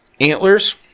antlers